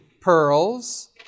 pearls